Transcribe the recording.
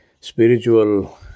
spiritual